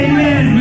Amen